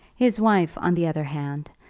his wife, on the other hand,